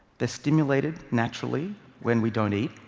they're stimulated naturally when we don't eat